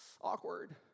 awkward